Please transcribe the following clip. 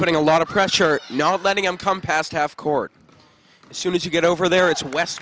putting a lot of pressure not letting him come past half court as soon as you get over there it's west